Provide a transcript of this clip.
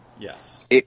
Yes